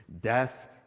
Death